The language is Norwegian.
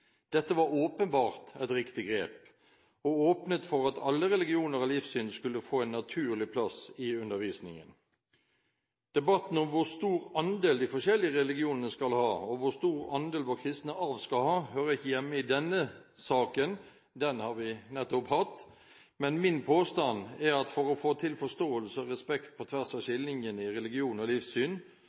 Dette var åpenbart et riktig grep, som åpnet for at alle religioner og livssyn skulle få en naturlig plass i undervisningen. Debatten om hvor stor andel de forskjellige religionene skal ha, og hvor stor andel vår kristne arv skal ha, hører ikke hjemme i denne saken – den har vi nettopp hatt – men min påstand er at for å få til forståelse og respekt på tvers av skillelinjene i religion og livssyn